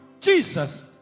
Jesus